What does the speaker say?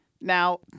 Now